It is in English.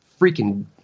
freaking